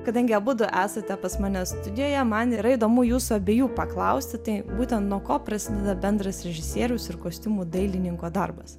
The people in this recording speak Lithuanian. kadangi abudu esate pas mane studijoje man yra įdomu jūsų abiejų paklausti tai būtent nuo ko prasideda bendras režisieriaus ir kostiumų dailininko darbas